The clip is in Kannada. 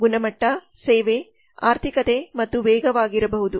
ಇದು ಗುಣಮಟ್ಟ ಸೇವೆ ಆರ್ಥಿಕತೆ ಮತ್ತು ವೇಗವಾಗಿರಬಹುದು